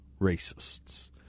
racists